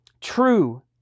True